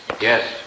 Yes